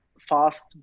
fast